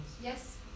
Yes